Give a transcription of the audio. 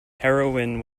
heroin